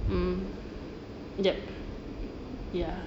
mm yup ya